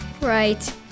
right